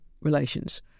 relations